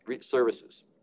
services